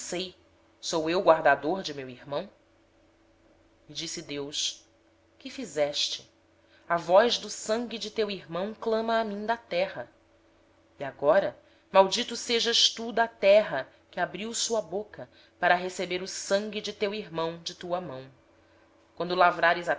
sei sou eu o guarda do meu irmão e disse deus que fizeste a voz do sangue de teu irmão está clamando a mim desde a terra agora maldito és tu desde a terra que abriu a sua boca para da tua mão receber o sangue de teu irmão quando